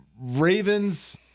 ravens